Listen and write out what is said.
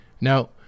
now